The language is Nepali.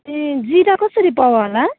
ए जिरा कसरी पावा होला